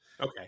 Okay